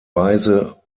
weise